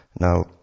Now